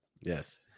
Yes